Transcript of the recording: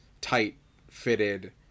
tight-fitted